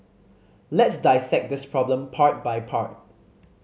let's dissect this problem part by part